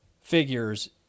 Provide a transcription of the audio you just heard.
figures